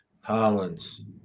Hollins